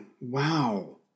Wow